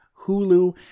hulu